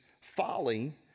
folly